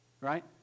Right